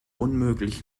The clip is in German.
unmöglich